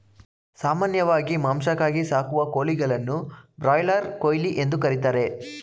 ಸಾಮಾನ್ಯವಾಗಿ ಮಾಂಸಕ್ಕಾಗಿ ಸಾಕುವ ಕೋಳಿಗಳನ್ನು ಬ್ರಾಯ್ಲರ್ ಕೋಳಿ ಎಂದು ಕರಿತಾರೆ